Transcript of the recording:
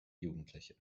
jugendliche